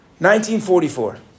1944